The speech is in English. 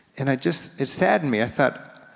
and i just, it saddened me. i thought,